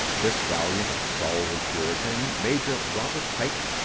this valiant, stalwart puritan, major robert pike,